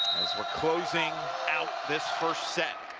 as we're closing out this first set